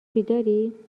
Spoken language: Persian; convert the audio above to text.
بیداری